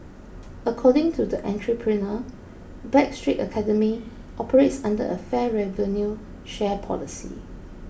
according to the entrepreneur Backstreet Academy operates under a fair revenue share policy